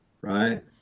right